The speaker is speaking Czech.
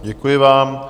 Děkuji vám.